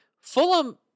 Fulham